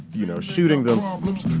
you know, shooting them